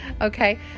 Okay